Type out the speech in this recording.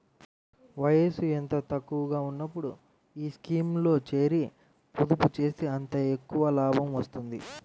వయసు ఎంత తక్కువగా ఉన్నప్పుడు ఈ స్కీమ్లో చేరి, పొదుపు చేస్తే అంత ఎక్కువ లాభం వస్తుంది